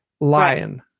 lion